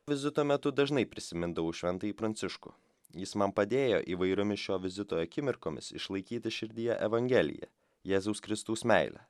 vizito metu dažnai prisimindavau šventąjį pranciškų jis man padėjo įvairiomis šio vizito akimirkomis išlaikyti širdyje evangeliją jėzaus kristaus meilę